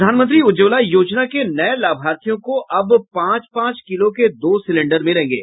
प्रधानमंत्री उज्ज्वला योजना के नये लाभार्थियों को अब पांच पांच किलो के दो सिलेंडर मिलेंगे